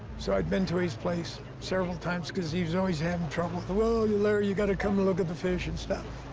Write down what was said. so i'd been to his place several times, cause he was always having trouble. well, larry, you gotta come look at the fish, and stuff.